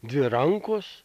dvi rankos